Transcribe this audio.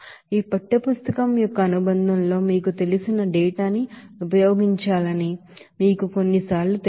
ఈ పాఠ్యపుస్తకం యొక్క అనుబంధంలో మీకు తెలిసిన డేటాని ఉపయోగించాలని మీకు కొన్నిసార్లు తెలుసు